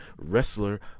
wrestler